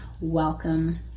welcome